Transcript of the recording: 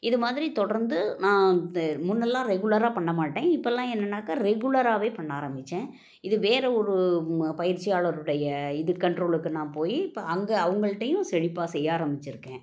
இது மாதிரி தொடர்ந்து நான் இது முன்னெல்லாம் ரெகுலராக பண்ணமாட்டேன் இப்பெல்லாம் என்னென்னாக்கால் ரெகுலராகவே பண்ண ஆரம்மித்தேன் இது வேறு ஒரு ம பயிற்சியாளருடைய இது கண்ட்ரோலுக்கு நான் போய் இப்போ அங்கே அவங்கள்ட்டையும் செழிப்பாக செய்ய ஆரம்மிச்சுருக்கேன்